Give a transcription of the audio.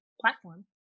platform